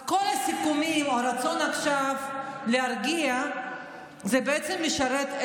אז כל הסיכומים או הרצון עכשיו להרגיע בעצם משרתים